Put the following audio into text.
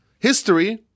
History